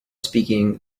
speaking